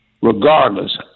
regardless